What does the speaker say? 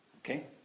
Okay